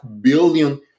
billion